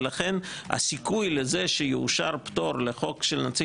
לכן הסיכוי לזה שיאושר פטור לחוק של נציג